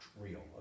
real